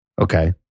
Okay